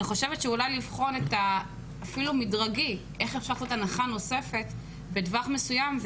אולי אפשר לבחון את האפשרות המדרגית אולי לתת הנחה נוספת בטווח מסוים.